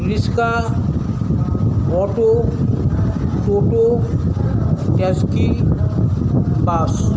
rickshaw auto টোটো taxi বাস